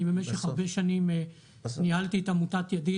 אני במשך הרבה שנים ניהלתי את עמותת ידיד